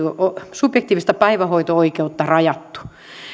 subjektiivista päivähoito oikeutta rajattu